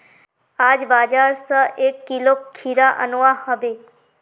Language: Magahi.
आज बाजार स एक किलो खीरा अनवा हबे